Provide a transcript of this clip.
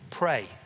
pray